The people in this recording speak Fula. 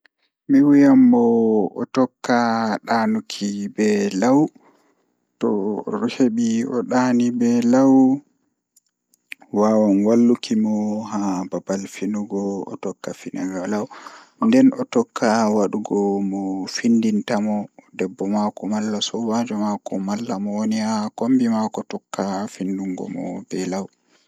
Mi wayn mo o tokka danuki be law to ohebi o dani be law wawan walluki mo haa babal finugo o tokka finugo law nden o tokka wadugo mo findinta mo debbo mako malla sobajo mako malla mo woni haa kombi maako tokka findungo mo be law.